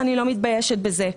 ואני לא מתביישת בזה.